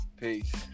Peace